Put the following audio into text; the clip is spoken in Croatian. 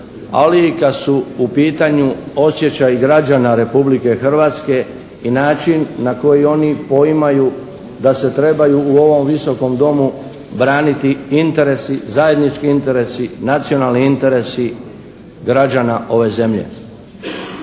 ali i kad su u pitanju osjećaji građana Republike Hrvatske i način na koji oni poimaju da se trebaju u ovom Visokom domu braniti interesi, zajednički interesi, nacionalni interesi građana ove zemlje.